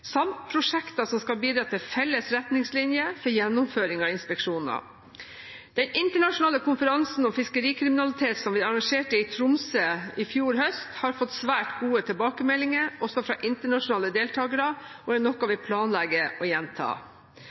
samt prosjekter som skal bidra til felles retningslinjer for gjennomføring av inspeksjoner. Den internasjonale konferansen om fiskerikriminalitet som vi arrangerte i Tromsø i fjor høst, har fått svært gode tilbakemeldinger, også fra internasjonale deltakere, og er noe vi planlegger å gjenta.